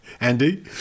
Andy